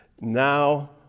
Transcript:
now